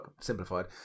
simplified